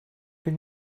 been